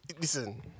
Listen